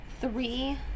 three